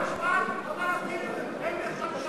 מהמשפט: הפלסטינים הם מכשול לשלום.